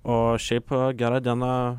o šiaip gera diena